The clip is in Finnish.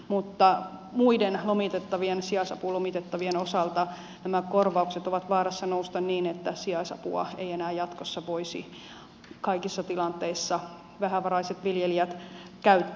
mutta muiden sijaisapulomitettavien osalta nämä korvaukset ovat vaarassa nousta niin että sijaisapua ei enää jatkossa voisi kaikissa tilanteissa vähävaraiset viljelijät käyttää